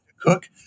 cook